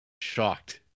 shocked